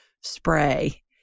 spray